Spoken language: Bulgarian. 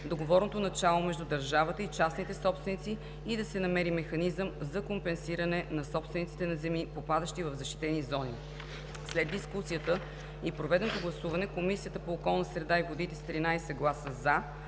договорното начало между държавата и частните собственици и да се намери механизъм за компенсиране на собствениците на земи, попадащи в защитени зони. След дискусията и проведеното гласуване Комисията по околната среда и водите с 13 гласа „за“,